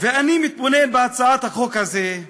ואני מתבונן בהצעת החוק הזאת,